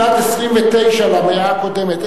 שנת 29 למאה הקודמת,